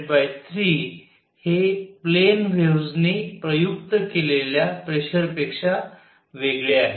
हे u3 हे plane waves नी प्रयुक्त केलेल्या प्रेशर पेक्षा वेगळे आहे